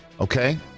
Okay